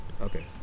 Okay